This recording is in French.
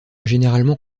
généralement